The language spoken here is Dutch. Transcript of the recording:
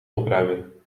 opruimen